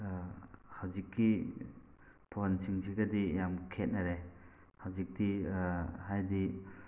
ꯍꯧꯖꯤꯛꯀꯤ ꯐꯣꯟꯁꯤꯡꯁꯤꯒꯗꯤ ꯌꯥꯝ ꯈꯦꯠꯅꯔꯦ ꯍꯧꯖꯤꯛꯇꯤ ꯍꯥꯏꯗꯤ